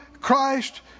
Christ